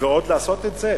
ועוד לעשות את זה?